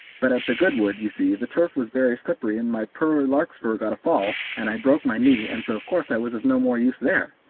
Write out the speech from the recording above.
but at the goodwood, ye see, the turf was very slippery and my poor larkspur got a fall, and i broke my knee, and so of course i was of no more use there.